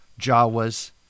Jawa's